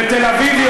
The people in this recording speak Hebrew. ותל-אביב היא